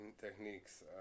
techniques